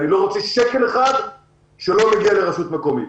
אני לא רוצה שקל אחד שלא מגיע לרשות מקומית,